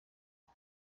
ubu